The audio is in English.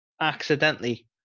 accidentally